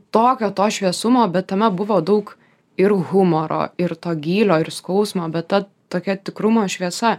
tokio to šviesumo bet tame buvo daug ir humoro ir to gylio ir skausmo bet ta tokia tikrumo šviesa